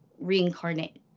reincarnate